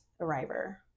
arriver